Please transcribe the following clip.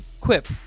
Quip